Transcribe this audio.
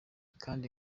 kandi